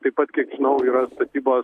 taip pat kiek žinau yra statybos